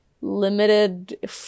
limited